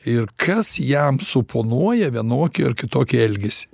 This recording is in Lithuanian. ir kas jam suponuoja vienokį ar kitokį elgesį